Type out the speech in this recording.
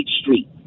Street